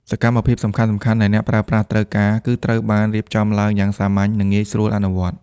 សកម្មភាពសំខាន់ៗដែលអ្នកប្រើប្រាស់ត្រូវការ គឺត្រូវបានរៀបចំឡើងយ៉ាងសាមញ្ញ និងងាយស្រួលអនុវត្ត។